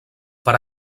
per